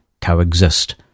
coexist